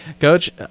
Coach